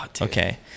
Okay